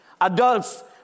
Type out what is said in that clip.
Adults